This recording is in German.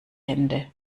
hände